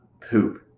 poop